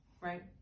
right